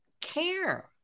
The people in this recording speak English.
care